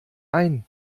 ein